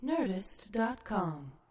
Nerdist.com